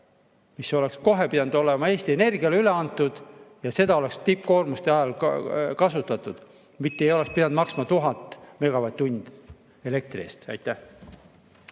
See oleks kohe pidanud olema Eesti Energiale üle antud ja seda oleks tippkoormuse ajal kasutatud, mitte ei oleks pidanud maksma 1000 [eurot] megavatt‑tunni elektri eest. Aitäh!